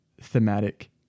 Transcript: thematic